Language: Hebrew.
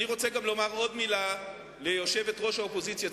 אני רוצה לומר עוד מלה ליושבת-ראש האופוזיציה,